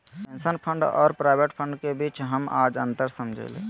pension fund और provident fund के बीच हम आज अंतर समझलियै